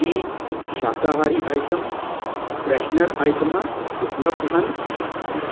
ਕੀ ਸ਼ਾਕਾਹਾਰੀ item freshener ਆਈਟਮਾਂ ਉਪਲਬਧ ਹਨ